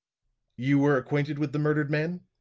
you were acquainted with the murdered man?